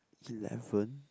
eleven